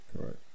Correct